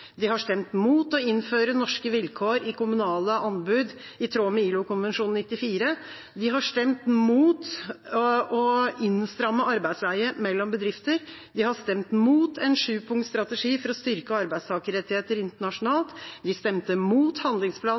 De har stemt imot å innføre norske vilkår i kommunale anbud i tråd med ILO-konvensjon 94, de har stemt imot å innstramme arbeidsleie mellom bedrifter, de har stemt imot en sjupunktsstrategi for å styrke arbeidstakerrettigheter internasjonalt, de stemte imot handlingsplan nr. 2 mot